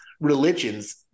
religions